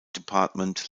departement